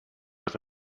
with